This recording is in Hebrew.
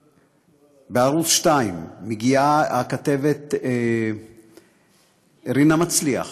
בערוץ 2, מגיעה גם הכתבת רינה מצליח,